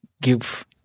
give